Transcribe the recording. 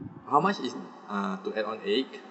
how much is uh to add on egg